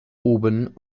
oben